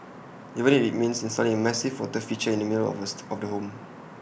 even if IT means installing A massive water feature in the middle of the of the home